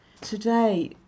Today